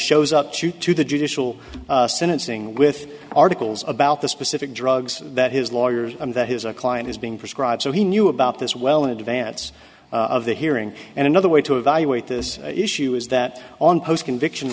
shows up to to the judicial sentencing with articles about the specific drugs that his lawyers and that his a client is being prescribed so he knew about this well in advance of the hearing and another way to evaluate this issue is that on post conviction